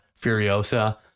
Furiosa